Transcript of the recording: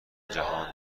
جهان